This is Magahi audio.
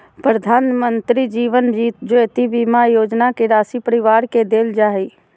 प्रधानमंत्री जीवन ज्योति बीमा योजना के राशी परिवार के देल जा हइ